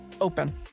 Open